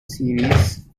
series